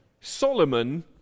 Solomon